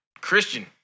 Christian